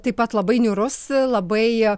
taip pat labai niūrus labai